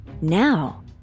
Now